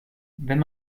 wenn